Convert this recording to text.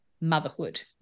motherhood